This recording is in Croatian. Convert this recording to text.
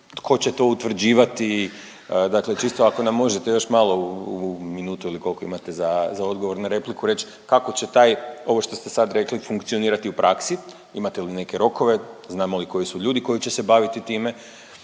tko će to utvrđivati, dakle čisto ako nam možete još malo u minutu ili koliko imate za odgovor na repliku reći kako će taj, ovo što ste sad rekli, funkcionirati u praksi, imate li neke rokove, znali li koji su ljudi koji će se baviti time?